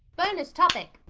bonus topic!